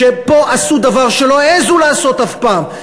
שפה עשו דבר שלא העזו לעשות אף פעם,